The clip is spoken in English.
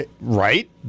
right